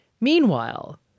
Meanwhile